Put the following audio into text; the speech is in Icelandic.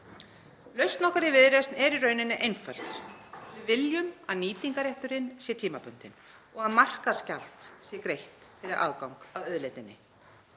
Lausn okkar í Viðreisn er í rauninni einföld: Við viljum að nýtingarrétturinn sé tímabundinn og að markaðsgjald sé greitt fyrir aðgang að auðlindinni.